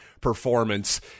performance